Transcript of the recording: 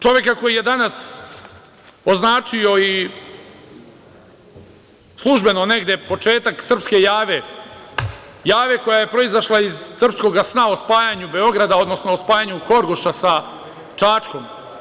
Čoveka koji je danas označio i službeno negde početak srpske jave, jave koja je proizašla iz srpskog sna o spajanju Beograda, odnosno o spajanju Horgoša sa Čačkom.